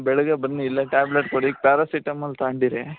ಬೆಳಿಗ್ಗೆ ಬನ್ನಿ ಇಲ್ಲ ಟ್ಯಾಬ್ಲೆಟ್ ಕೊಡಿ ಈಗ ಪ್ಯಾರಸಿಟಮೋಲ್ ತಗಂಡಿರಿ